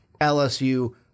LSU